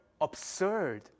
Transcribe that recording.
absurd